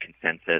consensus